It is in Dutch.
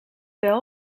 buil